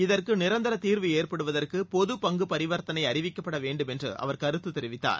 இதற்கு நிரந்தா தீர்வு ஏற்படுவதற்கு பொது பங்கு பரிவர்த்தனை அறிவிக்கப்பட வேண்டும் என்று அவர் கருத்து தெரிவித்தார்